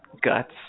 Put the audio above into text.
guts